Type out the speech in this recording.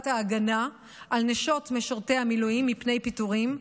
ההגנה על נשות משרתי המילואים מפני פיטורים.